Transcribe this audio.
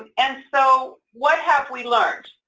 and and so what have we learned?